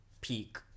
peak